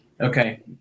Okay